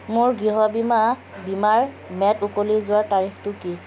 মোৰ গৃহ বীমা বীমাৰ ম্যাদ উকলি যোৱাৰ তাৰিখটো কি